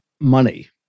money